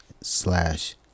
slash